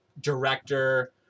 director